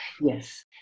Yes